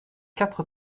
quatre